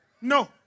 No